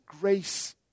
grace